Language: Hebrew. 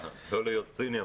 לא אהיה ציני,